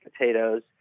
potatoes